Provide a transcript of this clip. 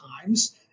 times